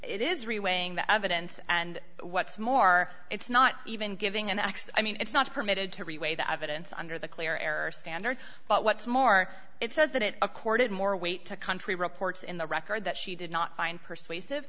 weighing the evidence and what's more it's not even giving an x i mean it's not permitted to reweigh the evidence under the clear air or standard but what's more it says that it accorded more weight to country reports in the record that she did not find persuasive